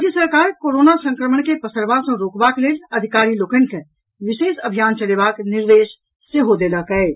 राज्य सरकार कोरोना संक्रमण के पसरबा सँ रोकबाक लेल अधिकारी लोकनि के विशेष अभियान चलेबाक निर्देश सेहो देलक अछि